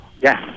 Yes